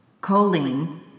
choline